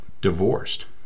Divorced